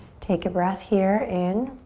take a breath here in.